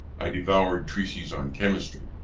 i devoured treatises on chemistry,